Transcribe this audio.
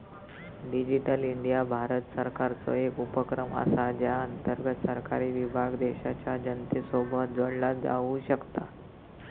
digital India Bharat सरकारचो एक उपक्रम असा ज्या अंतर्गत सरकारी विभाग देशाच्या जनतेसोबत जोडला जाऊ शकता